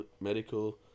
medical